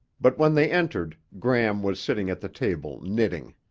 but when they entered, gram was sitting at the table knitting.